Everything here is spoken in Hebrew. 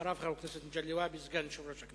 אחריו, חבר הכנסת מגלי והבה, סגן יושב-ראש הכנסת.